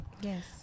Yes